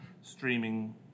streaming